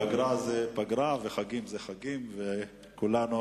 פגרה זה פגרה וחגים זה חגים, וכולנו